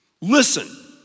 Listen